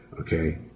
okay